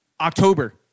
October